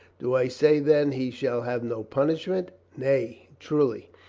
do i say then he shall have no punishment? nay, truly.